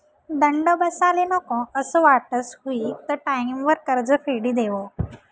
दंड बसाले नको असं वाटस हुयी त टाईमवर कर्ज फेडी देवो